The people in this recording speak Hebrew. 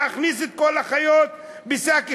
להכניס את כל החיות בשק אחד?